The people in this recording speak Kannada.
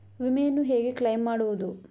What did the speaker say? ವಿಮೆಯನ್ನು ಹೇಗೆ ಕ್ಲೈಮ್ ಮಾಡುವುದು?